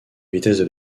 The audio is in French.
vitesse